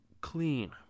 clean